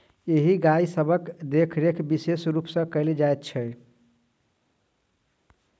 एहि गाय सभक देखरेख विशेष रूप सॅ कयल जाइत छै